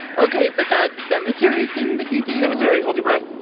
ok, but that cemetery thing that you do cemetery hold your breath.